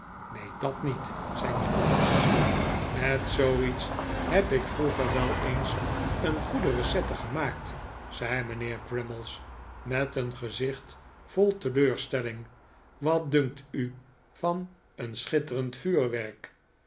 neen dat niet zei nikolaas met zooiets heb ik vroeger wel eens een goede recette gemaakt zei mijnheer crummies met een gezicht vol teleurstelling wat dunkt u van een schitterend vuurwerk